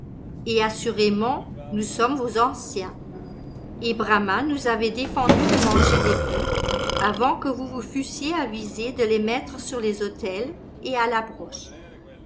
et assurément nous sommes vos anciens et brama nous avait défendu de manger des boeufs avant que vous vous fussiez avisés de les mettre sur les autels et à la broche